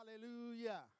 Hallelujah